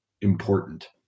important